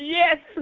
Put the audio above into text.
yes